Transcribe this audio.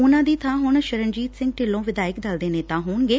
ਉਨਾਂ ਦੀ ਬਾਂ ਹੁਣ ਸ਼ਰਨਜੀਤ ਸਿੰਘ ਢਿੱਲੋਂ ਵਿਧਾਇਕ ਦਲ ਦੇ ਨੇਤਾ ਹੋਣਗੇ